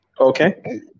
Okay